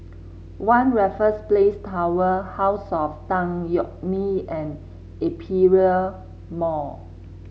One Raffles Place Tower House of Tan Yeok Nee and Aperia Mall